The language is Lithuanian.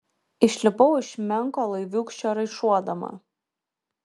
išlipau iš menko laiviūkščio raišuodama